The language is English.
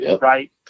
Right